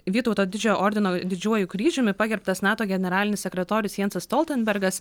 vytauto didžiojo ordino didžiuoju kryžiumi pagerbtas nato generalinis sekretorius jansas stoltenbergas